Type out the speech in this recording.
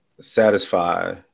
satisfy